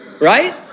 Right